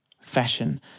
fashion